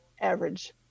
average